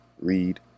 read